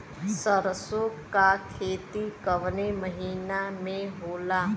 सरसों का खेती कवने महीना में होला?